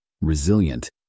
resilient